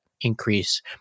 increase